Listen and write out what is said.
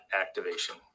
activation